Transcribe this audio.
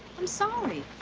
i'm sorry.